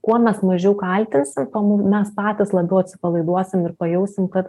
kuo mes mažiau kaltinsim tuo mum mes patys labiau atsipalaiduosim ir pajausim kad